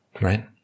Right